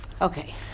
Okay